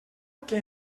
que